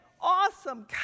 awesome